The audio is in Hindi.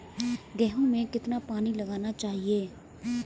गेहूँ में कितना पानी लगाना चाहिए?